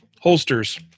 holsters